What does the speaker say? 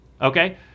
okay